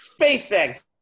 SpaceX